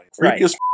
Right